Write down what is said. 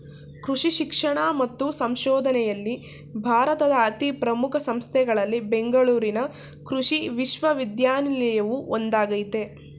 ಕೃಷಿ ಶಿಕ್ಷಣ ಮತ್ತು ಸಂಶೋಧನೆಯಲ್ಲಿ ಭಾರತದ ಅತೀ ಪ್ರಮುಖ ಸಂಸ್ಥೆಗಳಲ್ಲಿ ಬೆಂಗಳೂರಿನ ಕೃಷಿ ವಿಶ್ವವಿದ್ಯಾನಿಲಯವು ಒಂದಾಗಯ್ತೆ